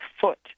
foot